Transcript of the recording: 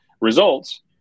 results